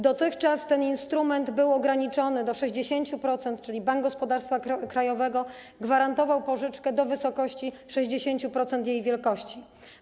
Dotychczas ten instrument był ograniczony do 60%, czyli Bank Gospodarstwa Krajowego gwarantował pożyczkę do wysokości 60% jej wielkości.